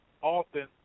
often